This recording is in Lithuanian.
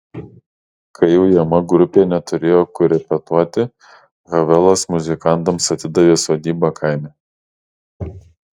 kai ujama grupė neturėjo kur repetuoti havelas muzikantams atidavė sodybą kaime